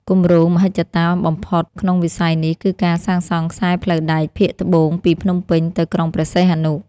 គម្រោងមហិច្ឆតាបំផុតក្នុងវិស័យនេះគឺការសាងសង់ខ្សែផ្លូវដែកភាគត្បូងពីភ្នំពេញទៅក្រុងព្រះសីហនុ។